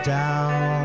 down